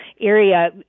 area